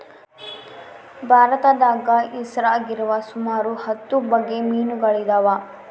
ಭಾರತದಾಗ ಹೆಸರಾಗಿರುವ ಸುಮಾರು ಹತ್ತು ಬಗೆ ಮೀನುಗಳಿದವ